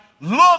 look